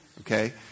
okay